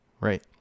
right